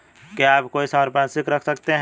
क्या आप कोई संपार्श्विक रख सकते हैं?